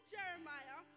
Jeremiah